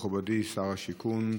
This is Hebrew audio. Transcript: מכובדי שר השיכון,